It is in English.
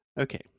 Okay